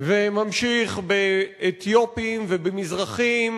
וממשיך באתיופים ובמזרחים,